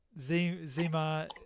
Zima